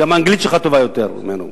וגם האנגלית שלך טובה יותר משלו.